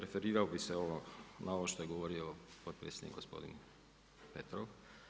Referirao bi se na ovo što je govorio potpredsjednik gospodin Petrov.